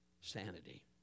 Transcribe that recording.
sanity